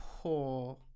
poor